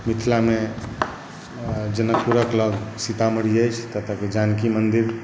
मिथिलामे ऐँ जनकपुरक लग सीतामढ़ी अछि जानकी मन्दिर